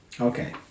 Okay